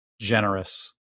Generous